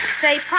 Say